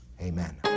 amen